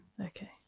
Okay